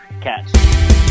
Catch